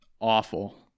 awful